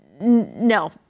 No